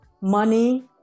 Money